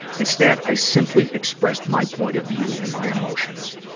instead, i simply expressed my point of view in my emotions.